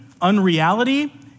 unreality